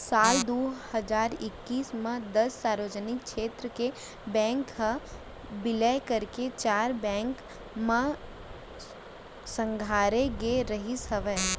साल दू हजार एक्कीस म दस सार्वजनिक छेत्र के बेंक ह बिलय करके चार बेंक म संघारे गे रिहिस हवय